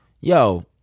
yo